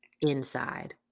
inside